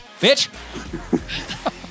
bitch